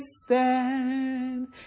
stand